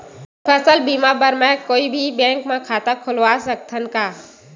फसल बीमा बर का मैं कोई भी बैंक म खाता खोलवा सकथन का?